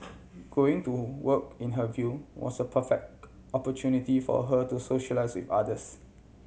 going to work in her view was a perfect opportunity for her to socialise with others